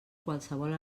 qualsevol